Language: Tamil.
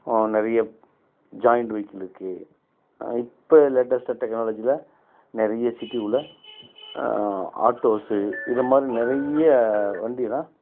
நிறைய ஜாயிண்ட் வெகிக்கிள் இருக்குது இப்போ லேட்டஸ்ட்டாக டெக்னாலஜியில் நிறைய சிட்டிக்குள்ளே ஆட்டோஸு இந்தமாதிரி நிறைய வண்டிலாம்